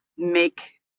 make